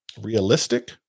realistic